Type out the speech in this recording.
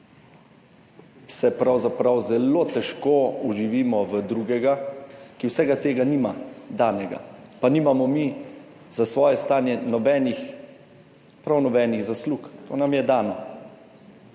se pravzaprav zelo težko vživimo v drugega, ki mu vse te ni dano, pa nimamo mi za svoje stanje nobenih, prav nobenih zaslug. To nam je dano